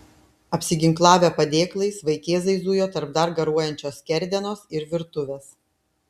apsiginklavę padėklais vaikėzai zujo tarp dar garuojančios skerdenos ir virtuvės